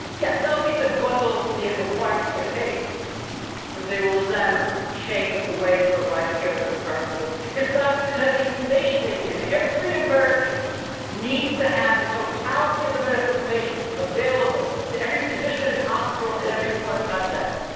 yeah, they'll meet the bundle the requirements to get paid but they will never change the way they provide care under the current rules. his doctors didn't have the information they needed. every american needs to have the totality of the medical information available to every physician, hospital at every point of contact.